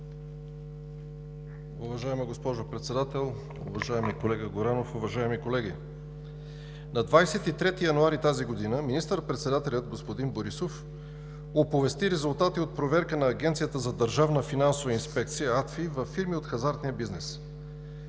Уважаема госпожо Председател, уважаеми колега Горанов, уважаеми колеги! На 23 януари тази година министър-председателят господин Борисов оповести резултати от проверката на Агенцията за държавна финансова инспекция във фирми от хазартния бизнес.